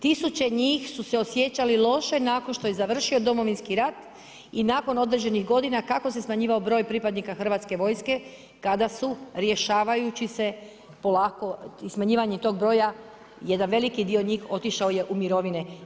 Tisuće njih su se osjećali loše nakon što je završio Domovinski rat i nakon određenih godina kako se smanjivao broj pripadnika Hrvatske vojske kada su rješavajući se polako, smanjivanje tog broja jedan veliki bio njih otišao je u mirovine.